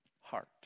heart